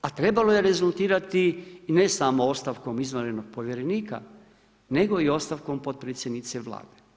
A trebalo je rezultirati i ne samo ostavkom izvanrednog povjerenika nego i ostavkom potpredsjednicom Vlade.